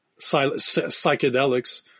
psychedelics